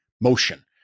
motion